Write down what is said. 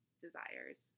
desires